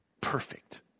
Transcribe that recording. perfect